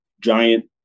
giant